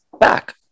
back